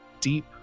deep